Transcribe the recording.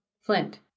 Flint